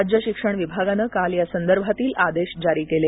राज्य शिक्षण विभागानं काल यासंदर्भातील आदेश जारी केले